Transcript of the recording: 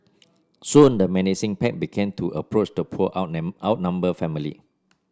soon the menacing pack began to approach the poor outnumbered family